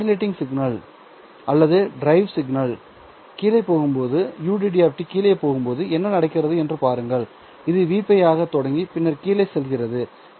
இப்போது modulating signal ud அல்லது drive signal ud கீழே போகும்போது என்ன நடக்கிறது என்று பாருங்கள் அது Vπ ஆகத் தொடங்கி பின்னர் கீழே செல்கிறது